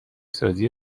سازی